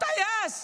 לא להיות טייס,